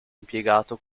impiegato